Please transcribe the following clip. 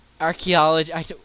Archaeology